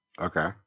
Okay